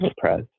press